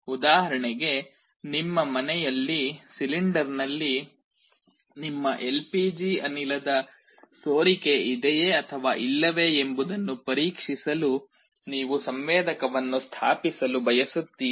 ಉದಾಹರಣೆಗೆ ನಿಮ್ಮ ಮನೆಯಲ್ಲಿ ಸಿಲಿಂಡರ್ನಲ್ಲಿ ನಿಮ್ಮ ಎಲ್ಪಿಜಿ ಅನಿಲದ ಸೋರಿಕೆ ಇದೆಯೇ ಅಥವಾ ಇಲ್ಲವೇ ಎಂಬುದನ್ನು ಪರೀಕ್ಷಿಸಲು ನೀವು ಸಂವೇದಕವನ್ನು ಸ್ಥಾಪಿಸಲು ಬಯಸುತ್ತೀರಿ